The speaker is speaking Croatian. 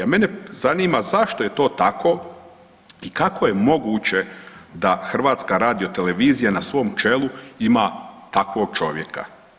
Mene zanima zašto je to tako i kako je moguće da HRT na svom čelu ima takvog čovjeka?